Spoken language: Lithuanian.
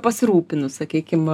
pasirūpinu sakykim